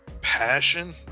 passion